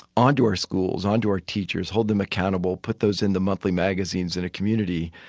onto our schools, onto our teachers, hold them accountable, put those in the monthly magazines in a community.